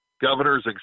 Governor's